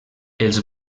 els